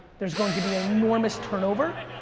there's going to be an enormous turnover,